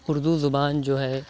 اُردو زبان جو ہے